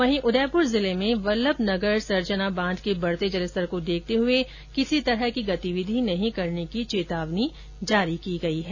वहीं उदयपुर जिले में वल्लभनगर सरजना बांध के बढ़ते जलस्तर को देखते हुए किसी प्रकार की गतिविधि न करने की चेतावनी जारी की है